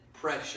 pressure